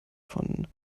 von